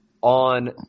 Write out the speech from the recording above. On